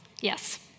Yes